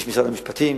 יש משרד המשפטים.